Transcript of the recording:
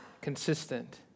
consistent